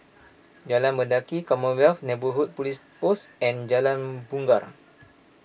Jalan Mendaki Commonwealth Neighbourhood Police Post and Jalan Bungar